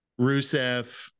Rusev